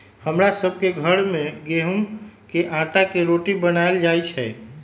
हमरा सभ के घर में गेहूम के अटा के रोटि बनाएल जाय छै